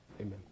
amen